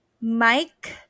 Mike